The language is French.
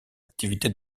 activité